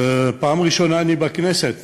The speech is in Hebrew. פעם ראשונה אני בכנסת,